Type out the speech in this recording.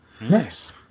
nice